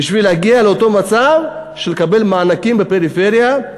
בשביל להגיע לאותו מצב של לקבל מענקים בפריפריה,